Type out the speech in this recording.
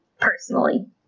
personally